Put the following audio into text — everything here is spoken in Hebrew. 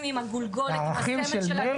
עם הגולגולת --- הערכים של מרצ?